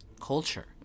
culture